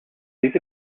these